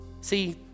See